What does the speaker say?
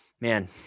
man